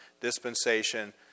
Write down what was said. dispensation